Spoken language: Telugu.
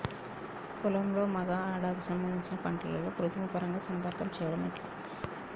పొలంలో మగ ఆడ కు సంబంధించిన పంటలలో కృత్రిమ పరంగా సంపర్కం చెయ్యడం ఎట్ల?